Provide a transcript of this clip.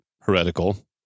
heretical